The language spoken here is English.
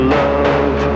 love